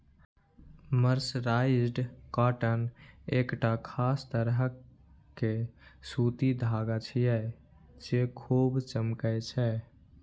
mercerised cotton एकटा खास तरह के सूती धागा छियै, जे खूब चमकै छै